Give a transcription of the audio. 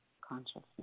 consciousness